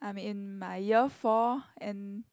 I'm in my year four and